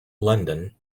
london